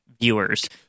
viewers